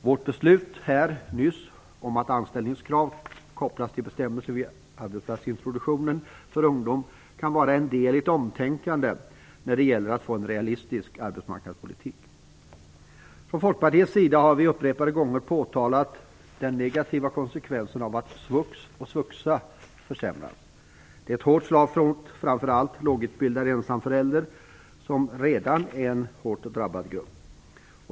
Vårt beslut här nyss om att anställningskrav kopplas till bestämmelsen om arbetsplatsintroduktion för ungdom kan vara en del i ett omtänkande när det gäller att få en realistisk arbetsmarknadspolitik. Från Folkpartiets sida har vi upprepade gånger påtalat den negativa konsekvensen av att svux och svuxa försämrats. Det är ett hårt slag mot framför allt lågutbildade ensamföräldrar som redan utgör en hårt drabbad grupp.